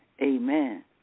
amen